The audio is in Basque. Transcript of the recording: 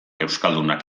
euskaldunak